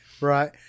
Right